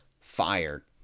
fired